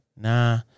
Nah